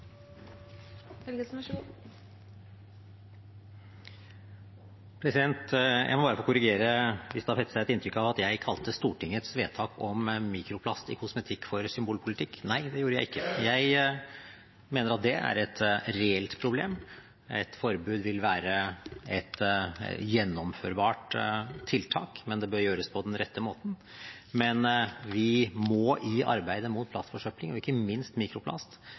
Jeg må bare få korrigere hvis det har festnet seg et inntrykk av at jeg kalte Stortingets vedtak om mikroplast i kosmetikk «symbolpolitikk». Nei, det gjorde jeg ikke. Jeg mener at det er et reelt problem. Et forbud vil være et gjennomførbart tiltak, men det bør gjøres på den rette måten. Men vi må, i arbeidet mot plastforsøpling og ikke minst når det gjelder mikroplast,